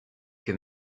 que